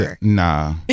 Nah